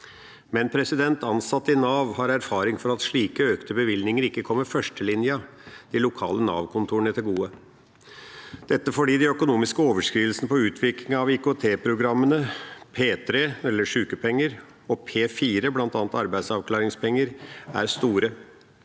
nødvendig. Ansatte i Nav har imidlertid erfaring for at slike økte bevilgninger ikke kommer førstelinja i de lokale Nav-kontorene til gode. Det er fordi de økonomiske overskridelsene på utvikling av IKT-programmene P3, sykepenger, og P4, bl.a. arbeidsavklaringspenger, er store.